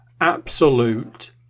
Absolute